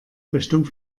richtung